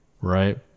right